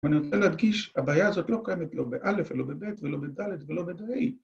‫ואני רוצה להדגיש, הבעיה הזאת ‫לא קיימת לא ב-א' ולא ב-ב' ולא ב-ד' ולא ב-ה'.